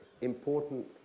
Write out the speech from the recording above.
important